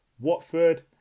Watford